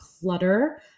clutter